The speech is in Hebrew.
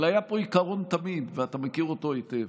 אבל היה פה עיקרון תמיד, ואתה מכיר אותו היטב.